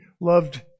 loved